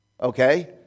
Okay